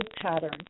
pattern